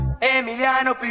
Emiliano